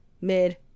mid